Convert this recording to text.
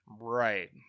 Right